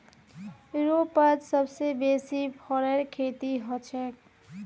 यूरोपत सबसे बेसी फरेर खेती हछेक